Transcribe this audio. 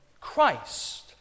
Christ